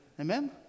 Amen